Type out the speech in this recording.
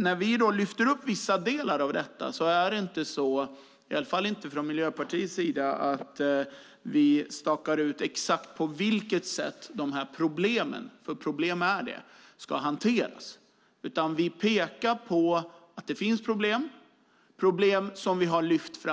När vi lyfter upp vissa delar är det inte så, i alla fall inte från Miljöpartiets sida, att vi stakar ut exakt hur de här problemen, för problem är det, ska hanteras. Vi pekar på att det finns problem. Dessa problem har